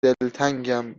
دلتنگم